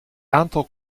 aantal